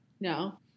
No